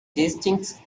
distinct